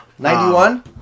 Ninety-one